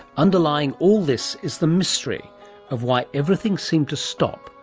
underlying all this is the mystery of why everything seemed to stop,